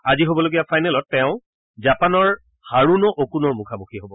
আজি হ'বলগীয়া ফাইনেলত তেওঁ জাপানৰ হাৰুনো অ'কুনোৰ মুখামুখি হ'ব